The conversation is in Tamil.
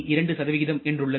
2 என்றுள்ளது